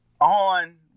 on